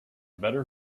better